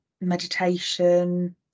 meditation